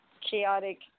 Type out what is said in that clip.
Chaotic